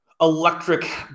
electric